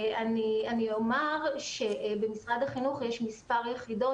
אני אומר שבמשרד החינוך יש מספר יחידות